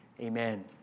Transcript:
Amen